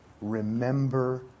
Remember